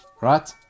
Right